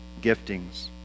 giftings